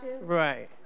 Right